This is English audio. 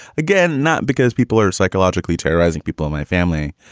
again, not because people are psychologically terrorizing people in my family,